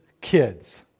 kids